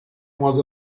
was